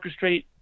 orchestrate